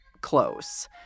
close